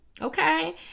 Okay